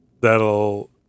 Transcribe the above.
that'll